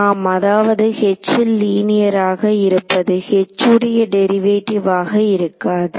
ஆம் அதாவது H ல் லீனியர் ஆக இருப்பது H உடைய டெரிவேட்டிவ் ஆக இருக்காது